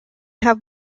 have